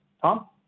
Tom